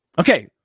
Okay